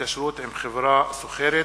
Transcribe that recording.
להתקשרות עם חברה סוחרת),